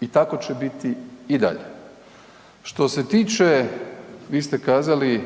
I tako će biti i dalje. Što se tiče, vi ste kazali,